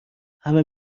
همه